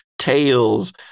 tales